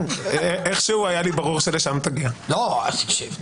איך שהוא היה לי ברור שלשם תגיע אבל כמו